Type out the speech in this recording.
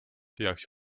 tühjaks